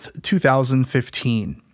2015